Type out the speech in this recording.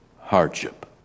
hardship